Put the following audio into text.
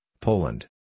Poland